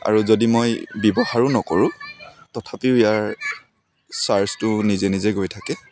আৰু যদি মই ব্যৱহাৰো নকৰোঁ তথাপিও ইয়াৰ চাৰ্জটো নিজে নিজে গৈ থাকে